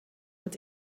het